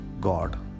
God